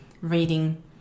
reading